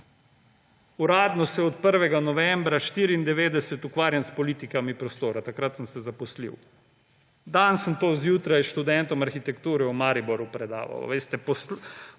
Uradno se od 1. novembra 1994 ukvarjam s politikami prostora. Takrat sem se zaposlil. Danes sem to zjutraj študentom arhitekture v Mariboru predaval.